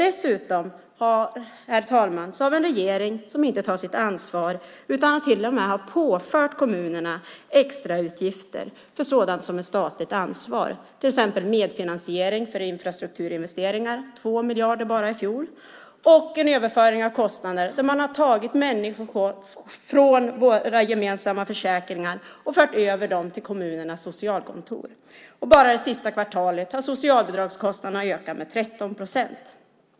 Dessutom har vi en regering som inte tar sitt ansvar utan till och med har påfört kommunerna extrautgifter för sådant som är statligt ansvar, till exempel medfinansiering för infrastrukturinvesteringar - 2 miljarder bara i fjol - och som har gjort en överföring av kostnader där man har tagit pengar från våra gemensamma försäkringar och fört över dem till kommunernas socialkontor. Bara det sista kvartalet har socialbidragskostnaderna ökat med 13 procent.